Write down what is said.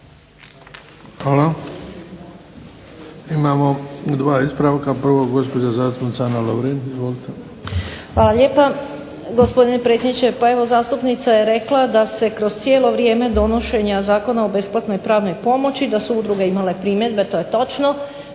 Hvala. Imamo dva ispravka. Prvo gospođa zastupnica Ana Lovrin. Izvolite. **Lovrin, Ana (HDZ)** Hvala lijepa gospodine predsjedniče. Pa evo zastupnica je rekla da se kroz cijelo vrijeme donošenja Zakona o besplatnoj pravnoj pomoći da su udruge imale primjedbe. To je točno.